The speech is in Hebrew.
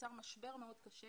יצר משבר מאוד קשה